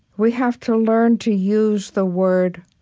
we have to learn to use the word